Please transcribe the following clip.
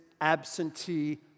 absentee